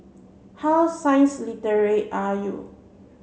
how science are you